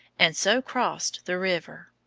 and so crossed the river.